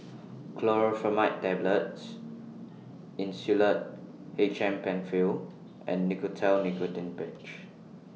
Chlorpheniramine Tablets Insulatard H M PenFill and Nicotinell Nicotine Patch